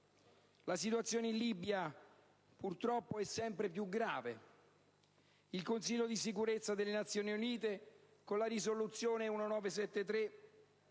La situazione in Libia, purtroppo, è sempre più grave. Il Consiglio di sicurezza delle Nazioni Unite con la risoluzione n. 1973